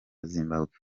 zimbabwe